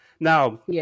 Now